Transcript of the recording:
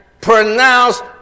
pronounced